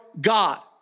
God